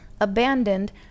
abandoned